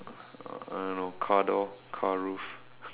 I don't know car door car roof